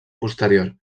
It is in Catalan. posterior